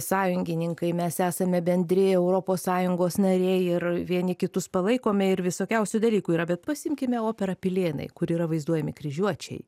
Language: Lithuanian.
sąjungininkai mes esame bendri europos sąjungos nariai ir vieni kitus palaikome ir visokiausių dalykų yra bet pasiimkime operą pilėnai kur yra vaizduojami kryžiuočiai